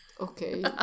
Okay